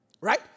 Right